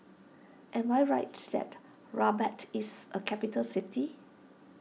am I right that Rabat is a capital city